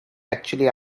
actually